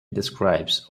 describes